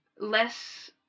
less